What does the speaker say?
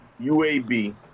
UAB